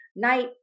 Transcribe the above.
night